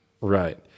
Right